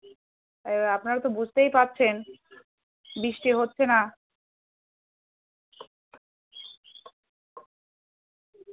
এবার আপনারা তো বুঝতেই পারছেন বৃষ্টি হচ্ছে না